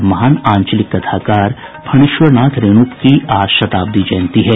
और महान आंचलिक कथाकार फणीश्वरनाथ रेणु की आज शताब्दी जयंती है